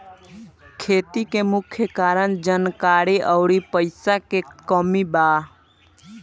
खेती के मुख्य कारन जानकारी अउरी पईसा के कमी बा